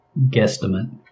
guesstimate